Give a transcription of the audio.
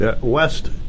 West